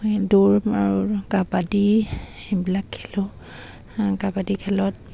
এই দৌৰ আৰু কাবাডী এইবিলাক খেলোঁ কাবাডী খেলত